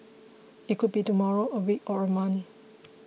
it could be tomorrow a week or a month